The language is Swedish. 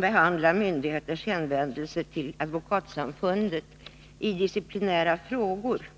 beträffande myndigheters hänvändelse till Advokatsamfundet i disciplinära frågor.